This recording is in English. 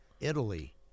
italy